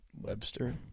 Webster